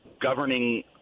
governing